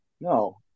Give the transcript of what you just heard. No